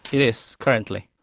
it? yes, currently.